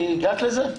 הגעת לזה?